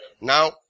Now